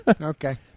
Okay